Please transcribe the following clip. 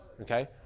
Okay